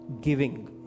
giving